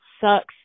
sucks